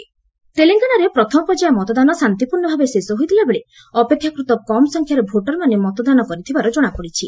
Telangana polling ତେଲେଙ୍ଗାନାରେ ପ୍ରଥମ ପର୍ଯ୍ୟାୟ ମତଦାନ ଶାନ୍ତିପୂର୍ଣ୍ଣ ଭାବେ ଶେଷ ହୋଇଥିବାବେଳେ ଅପେକ୍ଷାକୃତ କମ୍ ସଂଖ୍ୟାରେ ଭୋଟରମାନେ ମତଦାନ କରିଥିବାର ଜଣାପଡିଛି